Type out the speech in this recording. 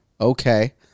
okay